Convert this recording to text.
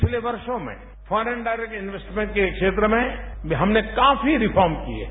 पिछले वर्षों में फॉरेन डायरेक्ट इन्वेस्टमेंट के क्षेत्र में हमने काफी रिफॉर्म किए हैं